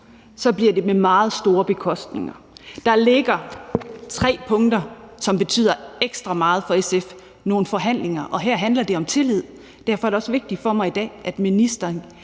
så bliver det med meget store bekostninger. Der ligger tre punkter, som betyder ekstra meget for SF, nogle forhandlinger, og her handler det om tillid. Derfor er det også vigtigt for mig i dag, at ministeren